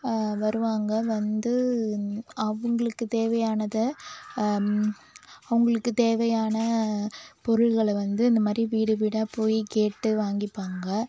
வருவாங்க வந்து அவங்களுக்கு தேவையானத அவங்களுக்கு தேவையான பொருள்களை வந்து இந்த மாரி வீடு வீடாக போய் கேட்டு வாங்கிப்பாங்க